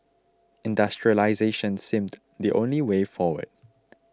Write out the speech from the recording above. industrialisation seemed the only way forward